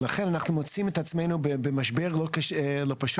ולכן אנחנו מוצאים את עצמנו במשבר לא פשוט,